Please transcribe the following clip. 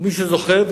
ומי שזוכר,